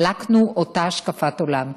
חלקנו את אותה השקפת עולם.